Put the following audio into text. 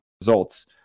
results